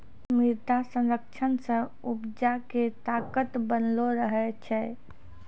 मृदा संरक्षण से उपजा के ताकत बनलो रहै छै